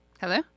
Hello